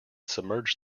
submerged